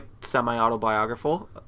semi-autobiographical